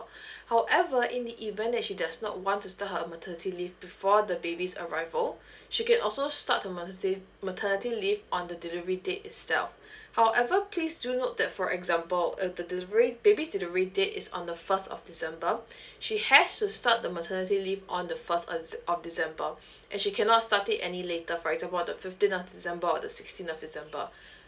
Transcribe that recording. however in the event that she does not want to start her maternity leave before the babies arrival she can also start the mother's day maternity leave on the delivery date itself however please do note that for example uh the delivery babies delivery date is on the first of december she has to start the maternity leave on the first of of december and she cannot start it any later for example on the fifteen of december or the sixteen of december